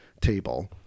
table